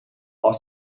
are